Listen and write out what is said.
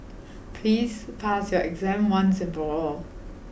please pass your exam once and for all